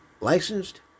licensed